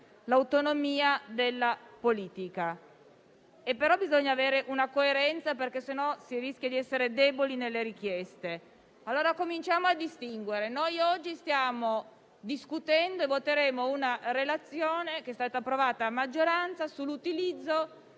l'autonomia della politica. Bisogna avere una coerenza, altrimenti si rischia di essere deboli nelle richieste. Cominciamo, allora, a distinguere. Noi oggi stiamo discutendo e voteremo una relazione, approvata a maggioranza, sull'utilizzo